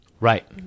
Right